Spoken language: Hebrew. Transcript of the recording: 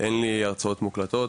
אין לי הרצאות מוקלטות,